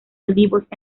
olivos